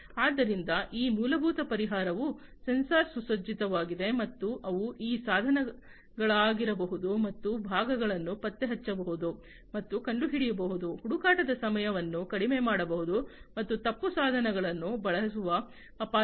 ಆದ್ದರಿಂದ ಈ ಮೂಲಭೂತ ಪರಿಹಾರವು ಸೆನ್ಸಾರ್ ಸುಸಜ್ಜಿತವಾಗಿದೆ ಮತ್ತು ಅವು ಈ ಸಾಧನಗಳಾಗಿರಬಹುದು ಮತ್ತು ಭಾಗಗಳನ್ನು ಪತ್ತೆಹಚ್ಚಬಹುದು ಮತ್ತು ಕಂಡುಹಿಡಿಯಬಹುದು ಹುಡುಕಾಟದ ಸಮಯವನ್ನು ಕಡಿಮೆ ಮಾಡಬಹುದು ಮತ್ತು ತಪ್ಪು ಸಾಧನಗಳನ್ನು ಬಳಸುವ ಅಪಾಯವಿದೆ